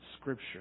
Scripture